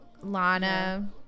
Lana